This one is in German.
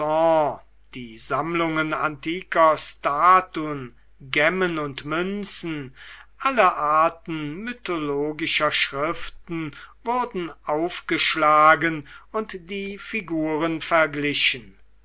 die sammlungen antiker statuen gemmen und münzen alle arten mythologischer schriften wurden aufgeschlagen und die figuren verglichen